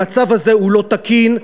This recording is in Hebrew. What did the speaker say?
הוא לא תקין,